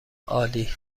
عالی